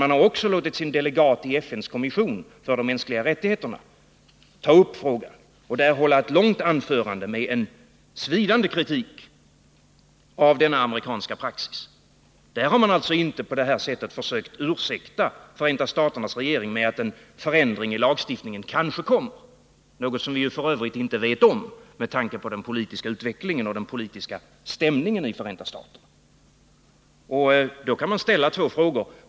Man har också låtit sin delegat i FN:s kommission för de mänskliga rättigheterna ta upp frågan och där hålla ett långt anförande med en svidande kritik av denna amerikanska praxis. Där har man alltså inte på detta sätt försökt ursäkta Förenta staternas regering med att en förändring i lagstiftningen kanske kommer, något som vi f. ö. inte vet någonting om, med tanke på den politiska utvecklingen och den politiska stämningen i Förenta staterna.